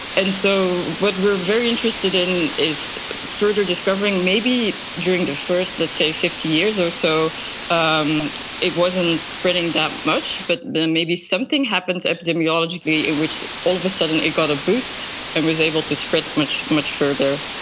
and so what we are very interested in is further discovering maybe during the first, let's say, fifty years or so um it wasn't spreading that much, but then maybe something happens epidemiologically in which all of a sudden it got a boost and was able to spread much, much further.